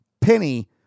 penny